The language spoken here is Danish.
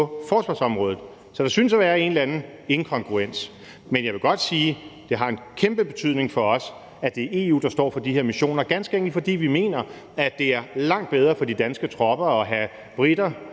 forsvarsområdet. Så der synes at være en eller anden inkongruens. Men jeg vil godt sige, at det har en kæmpe betydning for os, at det er EU, der står for de her missioner, ganske enkelt fordi vi mener, at det er langt bedre for de danske tropper at have briter,